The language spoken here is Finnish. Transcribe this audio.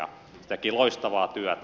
se teki loistavaa työtä